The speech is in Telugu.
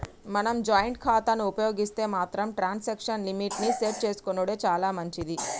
మనం జాయింట్ ఖాతాను ఉపయోగిస్తే మాత్రం ట్రాన్సాక్షన్ లిమిట్ ని సెట్ చేసుకునెడు చాలా మంచిది